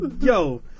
yo